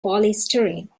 polystyrene